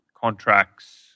contracts